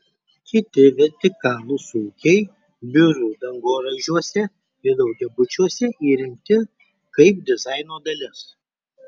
kiti vertikalūs ūkiai biurų dangoraižiuose ir daugiabučiuose įrengti kaip dizaino dalis